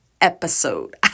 episode